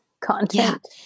content